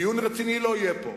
דיון רציני לא יהיה פה.